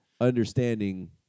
understanding